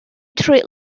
trwy